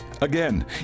Again